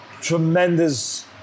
tremendous